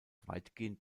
weitgehend